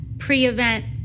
pre-event